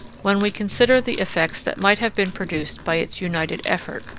when we consider the effects that might have been produced by its united effort.